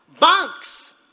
Banks